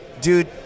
dude